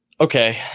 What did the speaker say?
Okay